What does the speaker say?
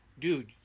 dude